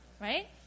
right